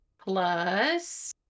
plus